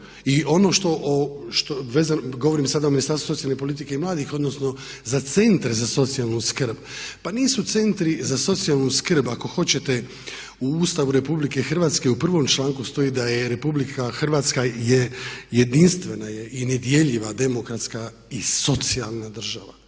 i ono, govorim sada o Ministarstvu socijalne politike i mladih odnosno za centre za socijalnu skrb. Pa nisu centri za socijalnu skrb ako hoćete u Ustavu RH, u prvom članku stoji da je Republika Hrvatska, jedinstvena je i nedjeljiva demokratska i socijalna država.